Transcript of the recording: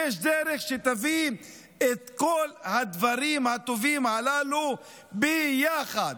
יש דרך שתביא את כל הדברים הטובים הללו ביחד.